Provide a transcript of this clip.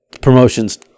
promotions